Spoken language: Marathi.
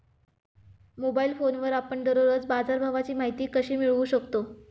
मोबाइल फोनवर आपण दररोज बाजारभावाची माहिती कशी मिळवू शकतो?